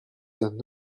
d’un